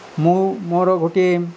ମୁଁ ମୋର ଗୋଟିଏ